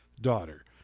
daughter